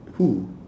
who